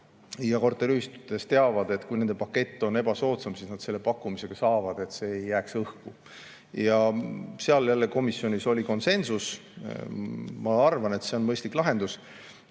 ja korteriühistutes teavad, et kui nende pakett on ebasoodsam, siis nad selle pakkumise ka saavad. See ei jää õhku. Selles osas oli komisjonis konsensus. Ma arvan, et see on mõistlik lahendus.